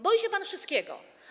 Boi się pan wszystkiego.